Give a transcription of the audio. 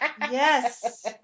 Yes